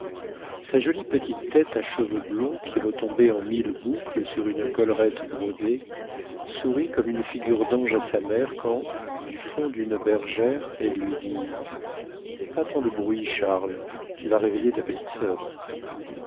sa jolie petite tête à cheveux blonds qui retombaient en mille boucles sur une collerette brodée sourit comme une figure d'ange à sa mère quand du fond d'une bergère elle lui dit pas tant de bruit charles tu vas réveiller ta petite soeur